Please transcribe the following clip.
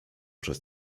przez